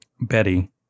Betty